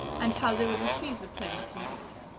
and how they would receive the plain looking youth.